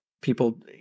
people